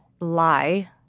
lie